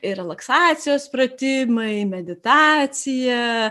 ir relaksacijos pratimai meditacija